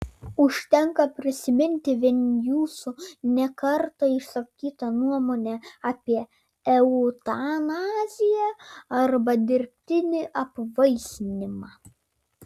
užtenka prisiminti vien jūsų ne kartą išsakytą nuomonę apie eutanaziją arba dirbtinį apvaisinimą